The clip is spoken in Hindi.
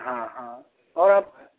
हाँ हाँ और आप